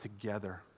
together